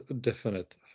definite